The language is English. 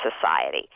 Society